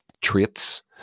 traits